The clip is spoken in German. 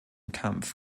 kampf